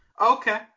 Okay